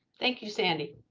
thank you sandy.